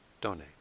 donate